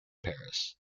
paris